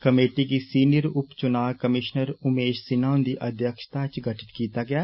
committee दी senior उप चुनां कमीष्नर उमेष सिन्हा हुन्दी अध्यक्षता च गठित कीता ऐ